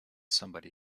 somebody